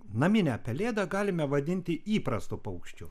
naminę pelėdą galime vadinti įprastu paukščiu